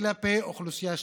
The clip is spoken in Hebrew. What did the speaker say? כלפי אוכלוסייה שלמה,